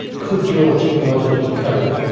could your technology cope?